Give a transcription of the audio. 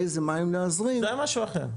איזה מים להזרים --- זה משהו אחר,